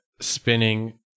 spinning